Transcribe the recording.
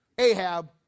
Ahab